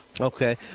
okay